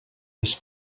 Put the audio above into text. les